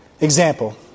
example